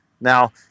Now